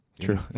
True